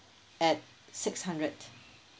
at six hundred